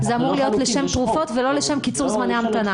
זה אמור להיות לשם תרופות ולא לשם קיצור זמני המתנה.